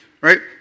right